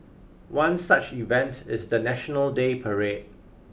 one such event is the National Day parade